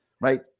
right